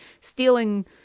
stealing